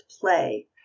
play